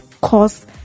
cause